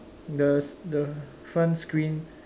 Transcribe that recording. the the front screen